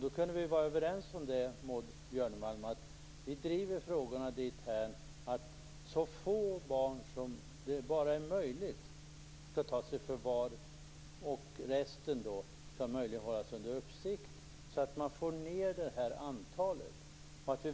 Vi borde vara överens, Maud Björnemalm, om att vi skall driva frågorna dit hän att så få barn som möjligt tas i förvar. Resten skall möjligen hållas under uppsikt. Då får man ned antalet.